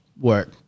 Work